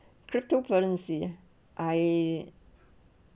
cryptocurrency I